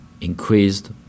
increased